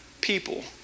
people